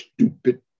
stupid